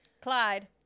Clyde